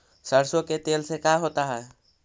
सरसों के तेल से का होता है?